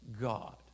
God